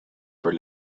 for